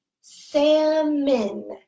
salmon